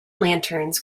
lanterns